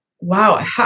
Wow